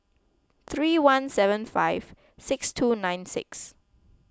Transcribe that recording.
three one seven five six two nine six